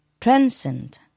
transcend